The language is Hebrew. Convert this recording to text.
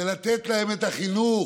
זה לתת להם את החינוך.